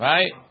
Right